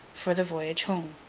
for the voyage home.